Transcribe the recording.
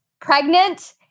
pregnant